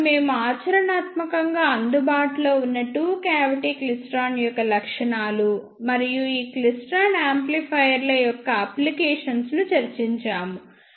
అప్పుడు మేము ఆచరణాత్మకంగా అందుబాటులో ఉన్న టూ క్యావిటి క్లైస్ట్రాన్ యొక్క లక్షణాలు మరియు ఈ క్లైస్ట్రాన్ యాంప్లిఫైయర్ల యొక్క అప్లికేషన్స్ ను చర్చించాము